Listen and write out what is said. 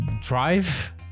Drive